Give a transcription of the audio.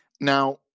Now